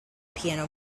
piano